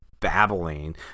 Babbling